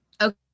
Okay